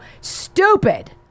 stupid